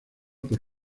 por